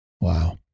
Wow